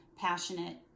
passionate